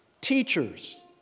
teachers